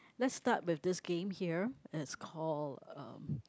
let's start with this game here it's called um